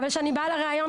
אבל כשאני באה לראיון,